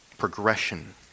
progression